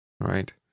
Right